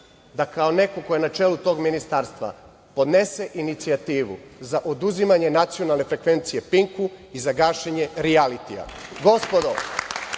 da kao neko ko je na čelu tog ministarstva podnese inicijativu za oduzimanje nacionalne frekvencije „Pinku“ i za gašenje